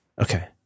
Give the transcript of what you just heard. Okay